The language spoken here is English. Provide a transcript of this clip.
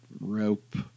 rope